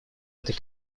этой